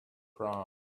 proms